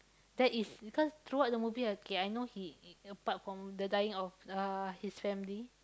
that is because throughout the movie okay I know he apart from the dying of uh his family